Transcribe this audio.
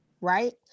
right